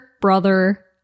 brother